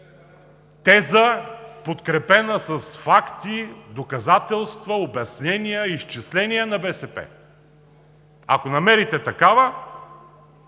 теза, подкрепена с факти, доказателства, обяснения, изчисления на БСП? Ако намерите такава,